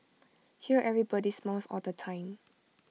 here everybody smiles all the time